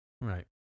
Right